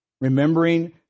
remembering